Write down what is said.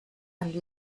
and